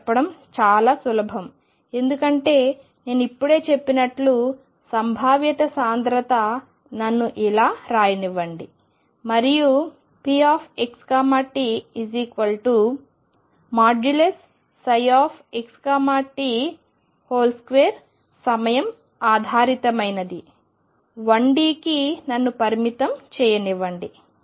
ఇది చెప్పడం చాలా సులభం ఎందుకంటే నేను ఇప్పుడే చెప్పినట్లు సంభావ్యత సాంద్రత నన్ను ఇలా రాయనివ్వండి మరియు xt xt2 సమయం ఆధారితమైనది 1Dకి నన్ను పరిమితం చేయనివ్వండి